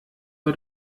war